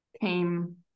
came